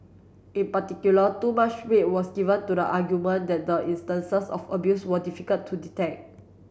in particular too much weight was given to the argument that the instances of abuse were difficult to detect